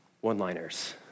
one-liners